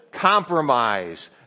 compromise